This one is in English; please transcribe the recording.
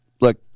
Look